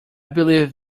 believe